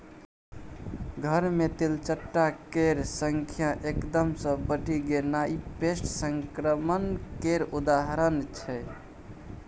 घर मे तेलचट्टा केर संख्या एकदम सँ बढ़ि गेनाइ पेस्ट संक्रमण केर उदाहरण छै